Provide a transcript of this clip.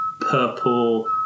purple